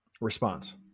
response